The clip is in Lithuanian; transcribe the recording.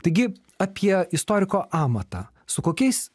taigi apie istoriko amatą su kokiais